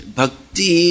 Bhakti